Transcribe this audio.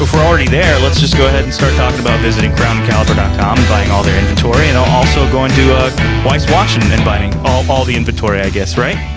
we're already there, let's just go ahead and start talking about visiting crownandcaliber dot com and buying all their inventory and also going to ah weiss watch, and and buying all all the inventory, i guess, right?